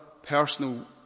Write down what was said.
personal